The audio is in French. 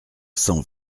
cent